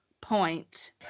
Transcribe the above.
point